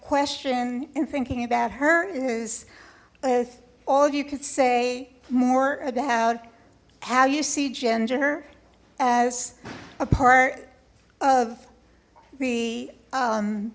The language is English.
question and thinking about her is with all you could say more about how you see gender as a part of the